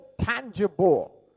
tangible